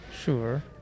Sure